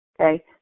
okay